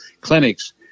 clinics